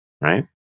right